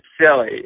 silly